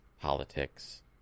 politics